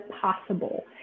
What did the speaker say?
possible